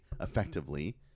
effectively